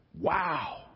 wow